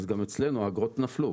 אז גם אצלנו האגרות נפלו.